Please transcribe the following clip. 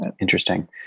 Interesting